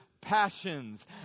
passions